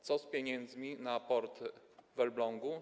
Co z pieniędzmi na port w Elblągu?